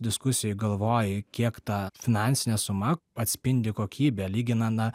diskusijai galvoji kiek ta finansinė suma atspindi kokybę lygina na